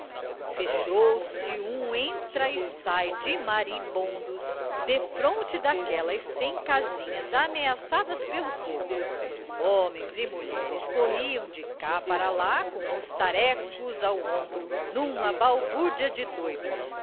fechou-se um entra e sai de maribondos defronte daquelas cem casinhas ameaçadas pelo fogo homens e mulheres corriam de cá para lá com os tarecos ao ombro numa balbúrdia de doidos